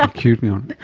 um cued me on it!